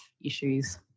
issues